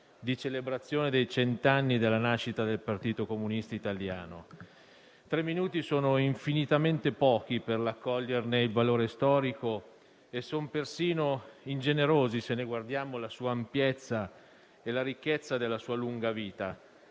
la celebrazione dei cent'anni dalla nascita del Partito Comunista Italiano. Tre minuti sono infinitamente pochi, per raccoglierne il valore storico e sono persino ingenerosi, se guardiamo alla sua ampiezza e alla ricchezza della sua lunga vita.